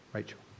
Rachel